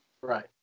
Right